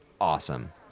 awesome